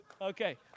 Okay